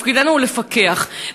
תפקידנו הוא לפקח,